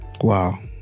Wow